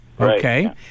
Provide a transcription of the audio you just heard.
Okay